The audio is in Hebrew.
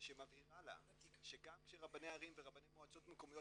שמבהירה לה שגם כשרבני ערים ורבני מועצות מקומיות